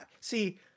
See